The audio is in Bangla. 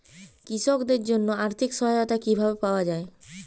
কৃষকদের জন্য আর্থিক সহায়তা কিভাবে পাওয়া য়ায়?